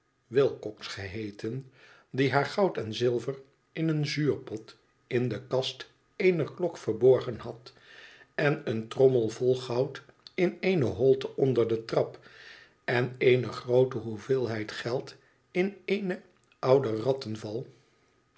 voorbeeldige dame wilcocksgeheeten die haar goud en zilver in een zuurpot in de kast eenerklok verborgen had en een trommel vol goud in eene holte onder de trap en eene groote hoeveelheid geld in eene oude rotten